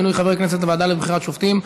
מינוי חבר כנסת לוועדה לבחירת שופטים),